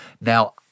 Now